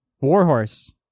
Warhorse